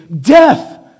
death